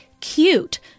cute